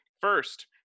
first